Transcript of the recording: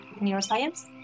neuroscience